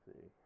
see